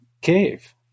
cave